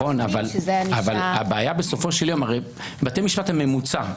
בבתי משפט הממוצע הוא